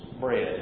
bread